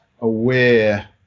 aware